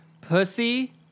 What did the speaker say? Pussy